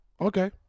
Okay